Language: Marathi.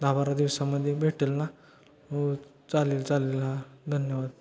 दहा बारा दिवसामध्ये भेटेल ना हो चालेल चालेल हां धन्यवाद